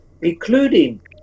including